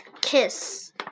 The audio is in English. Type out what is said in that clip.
kiss